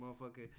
motherfucker